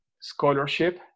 scholarship